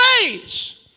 raise